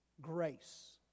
Grace